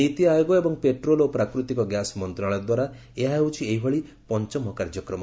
ନୀତି ଆୟୋଗ ଏବଂ ପେଟ୍ରୋଲ ଓ ପ୍ରାକୃତିକ ଗ୍ୟାସ୍ ମନ୍ତ୍ରଶାଳୟ ଦ୍ୱାରା ଏହା ହେଉଛି ଏଭଳି ପଞ୍ଚମ କାର୍ଯ୍ୟକ୍ରମ